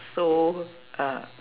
so uh